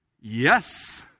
Yes